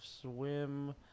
Swim